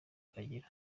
kagira